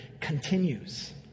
continues